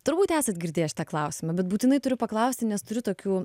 turbūt esat girdėję šitą klausimą bet būtinai turiu paklausti nes turiu tokių